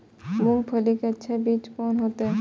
मूंगफली के अच्छा बीज कोन होते?